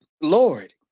Lord